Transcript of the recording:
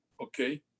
Okay